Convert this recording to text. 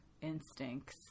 instincts